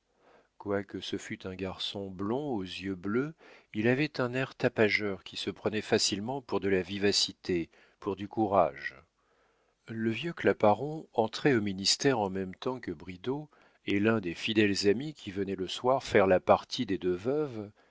quoique ce fût un garçon blond aux yeux bleus il avait un air tapageur qui se prenait facilement pour de la vivacité pour du courage le vieux claparon entré au ministère en même temps que bridau et l'un des fidèles amis qui venaient le soir faire la partie des deux veuves